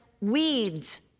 weeds